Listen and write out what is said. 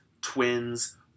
Twins